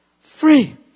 Free